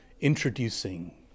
introducing